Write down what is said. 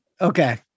Okay